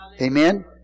Amen